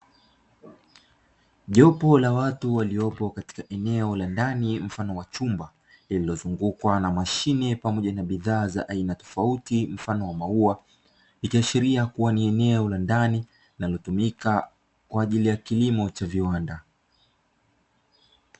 Jopo la watu waliopo katika eneo la ndani mfano wa chumba lililozungukwa na mashine pamoja na bidhaa za aina tofauti mfano wa maua, ikiashiria kuwa ni eneo la ndani na litumikalo kwa ajili ya kilimo cha viwanda.